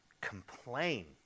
complain